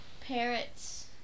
parrots